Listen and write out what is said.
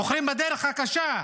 בוחרים בדרך הקשה,